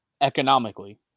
economically